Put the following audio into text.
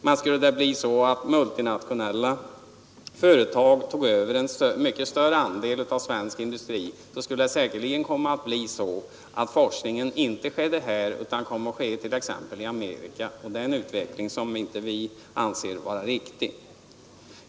Men skulle multinationella företag ta över mycket större andel av svensk industri, skulle forskningen säkerligen inte komma att ske här utan t.ex. i Amerika, och det är en utveckling som vi inte anser vara riktig.